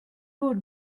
would